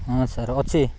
ହଁ ସାର୍ ଅଛି